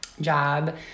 job